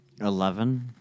Eleven